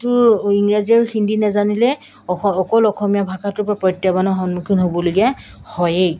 তোৰ ইংৰাজী আৰু হিন্দী নাজানিলে অকল অসমীয়া ভাষাটোৰপৰা প্ৰত্যাহ্বানৰ সন্মুখীন হ'বলগীয়া হয়েই